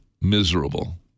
miserable